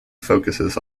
focuses